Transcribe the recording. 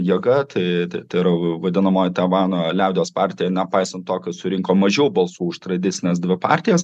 jėga tai tai yra vadinamoji taivano liaudies partija nepaisant tokio surinko mažiau balsų už tradicines dvi partijas